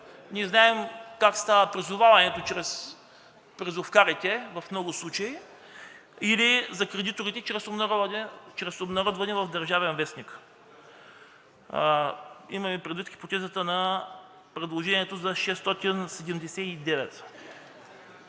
случаи как става призоваването чрез призовкарите, или за кредиторите чрез обнародване в „Държавен вестник“ – имаме предвид хипотезата на предложението за чл.